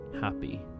happy